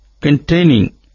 containing